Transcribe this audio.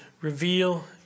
reveal